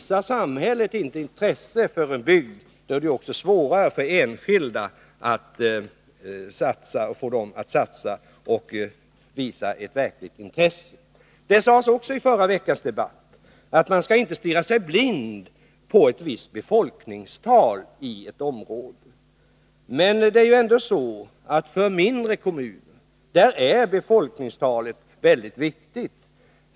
Om samhället inte visar intresse för en bygd, är det också svårare att få enskilda att satsa och visa intresse. Det sades också i förra veckans debatt att man inte skall stirra sig blind på ett visst befolkningstal i ett visst område. Men för mindre kommuner är ändå befolkningstalet mycket viktigt.